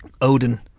Odin